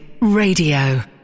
Radio